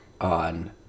on